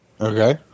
Okay